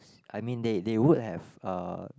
I mean they they would have uh